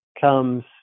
comes